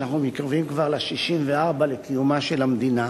אנחנו מתקרבים כבר ל-64 שנים לקיומה של המדינה,